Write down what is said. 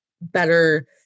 better